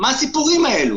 מה הסיפורים האלו?